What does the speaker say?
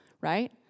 right